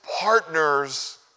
partners